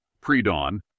Pre-dawn